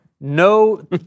no